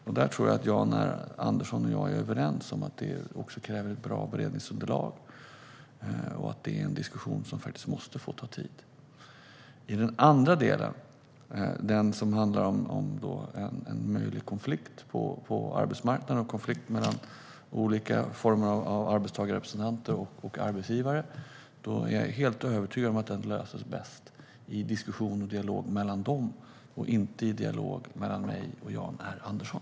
Jag tror att Jan R Andersson och jag är överens om att något sådant också kräver ett bra beredningsunderlag och att det är en diskussion som faktiskt måste få ta tid. I den andra delen, som handlar om en möjlig konflikt på arbetsmarknaden mellan olika arbetstagarrepresentanter och arbetsgivare, är jag helt övertygad om att den löses bäst i diskussion och dialog mellan dem, inte i dialog mellan mig och Jan R Andersson.